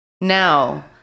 Now